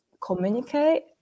communicate